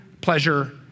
pleasure